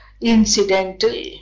Incidental